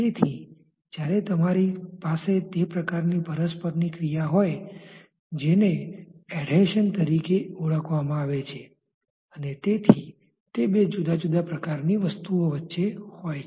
તેથી જ્યારે તમારી પાસે તે પ્રકારની પરસ્પરની ક્રિયા હોય જેને એધેશનadhesionસંલગ્નતા તરીકે ઓળખવામાં આવે છે તેથી તે બે જુદા જુદા પ્રકારની વસ્તુ ઓ વચ્ચે હોય છે